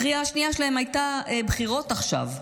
הקריאה השנייה שלהם הייתה: בחירות עכשיו,